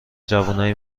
جوونای